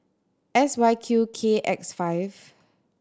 S Y Q K X five